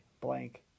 blank